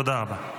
תודה רבה.